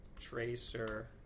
Tracer